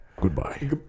Goodbye